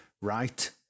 right